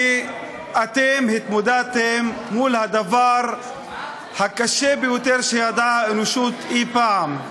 כי אתם התמודדתם מול הדבר הקשה ביותר שידעה האנושות אי-פעם,